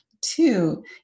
Two